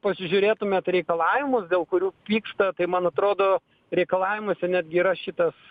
pasižiūrėtumėt reikalavimus dėl kurių pyksta tai man atrodo reikalavimuose netgi yra šitas